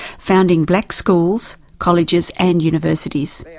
founding black schools, colleges and universities.